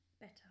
better